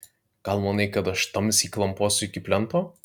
gal manai kad aš tamsy klamposiu iki plento